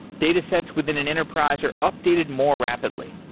data sets within an enterprise are updated more rapidly.